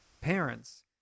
parents